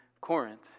Corinth